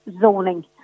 zoning